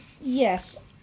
Yes